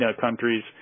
countries